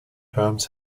terms